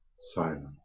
silent